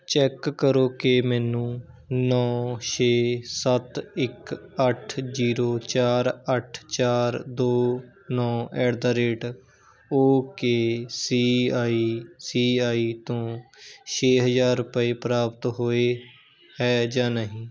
check ਕਰੋ ਕਿ ਮੈਨੂੰ ਨੌ ਛੇ ਸੱਤ ਇੱਕ ਅੱਠ ਜ਼ੀਰੋ ਚਾਰ ਅੱਠ ਚਾਰ ਦੋ ਨੌ at the rate O K C I C I ਤੋਂ ਛੇ ਹਜ਼ਾਰ ਰੁਪਏ ਪ੍ਰਾਪਤ ਹੋਏ ਹੈ ਜਾਂ ਨਹੀਂ